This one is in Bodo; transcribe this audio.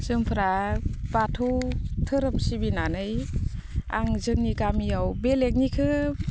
जोंफोरा बाथौ धोरोम सिबिनानै आं जोंनि गामियाव बेलेगनिखो